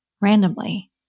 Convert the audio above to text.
randomly